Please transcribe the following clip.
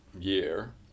year